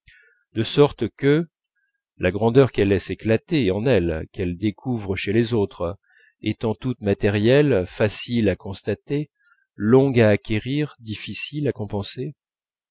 de sorte que la grandeur qu'elles laissent éclater en elles qu'elles découvrent chez les autres étant toute matérielle facile à constater longue à acquérir difficile à compenser